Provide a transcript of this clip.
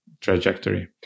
trajectory